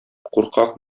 куркак